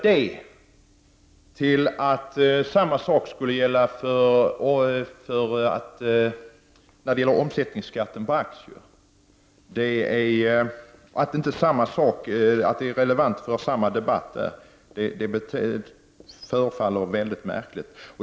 Självfallet var det så, eftersom det var fråga om en ny verksamhet. Men att använda samma resonemang beträffande omsättningsskatten på aktier förefaller märkligt.